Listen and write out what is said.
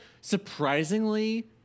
surprisingly